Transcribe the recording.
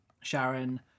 Sharon